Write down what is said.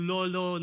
Lolo